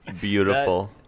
beautiful